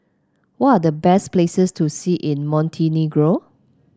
what are the best places to see in Montenegro